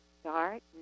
start